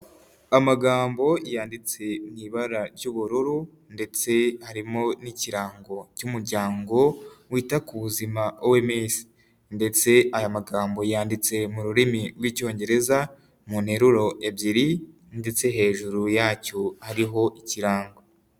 Amagambo yanditse mu ibara ry'ubururu ndetse harimo n'ikirango cy'umuryango wita ku buzima OMS ndetse aya magambo yanditse mu rurimi rw'icyongereza mu nteruro ebyiri ndetse hejuru yacyo hariho ikirango.